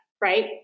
right